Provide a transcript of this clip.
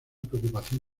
preocupación